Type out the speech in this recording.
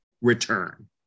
return